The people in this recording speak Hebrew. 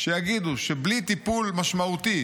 שיגידו שבלי טיפול משמעותי